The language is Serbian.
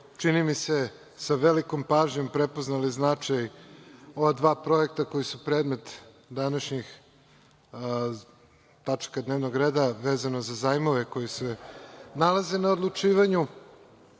čini mi se, sa velikom pažnjom prepoznali značaj ova dva projekta koji su predmet današnjih tačaka dnevnog reda, vezano za zajmove koji se nalaze na odlučivanju. Moram